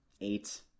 eight